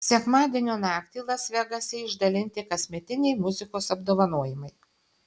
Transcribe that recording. sekmadienio naktį las vegase išdalinti kasmetiniai muzikos apdovanojimai